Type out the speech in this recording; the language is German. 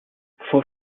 vor